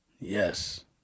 Yes